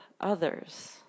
others